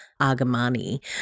Agamani